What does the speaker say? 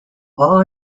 all